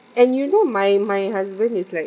and you know my my husband is like